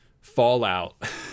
fallout